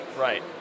right